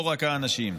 לא רק האנשים.